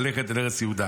ללכת אל ארץ יהודה.